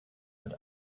mit